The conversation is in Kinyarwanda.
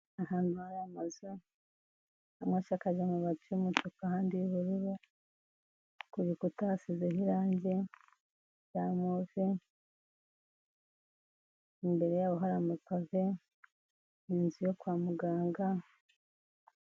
Ahantu hari amazu, amwe asakaje amabati y'umutuku ahandi y'ubururu. Ku bikuta hasizeho irangi rya move, imbere yaho hari amapave. Ni inzu yo kwa muganga.